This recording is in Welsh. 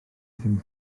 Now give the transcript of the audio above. ddim